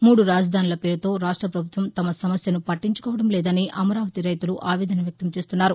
మూడు రాజధానుల పేరుతో రాష్ట్రపభుత్వం తమ సమస్యను పట్టించుకోవడం లేదని అమరావతి రైతులు ఆవేదన వ్యక్తం చేస్తున్నారు